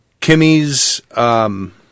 Kimmy's